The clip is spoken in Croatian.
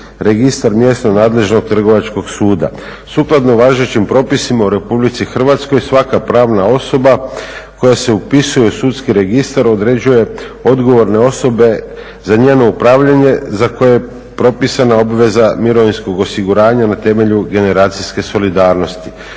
registar mjesnog nadležnog trgovačkog suda. Sukladno važećim propisima u RH svaka pravna osoba koja se upisuje u sudski registar određuje odgovorne osobe za njeno upravljanje za koje je propisana obveza mirovinskog osiguranja na temelju generacijske solidarnosti.